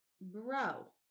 bro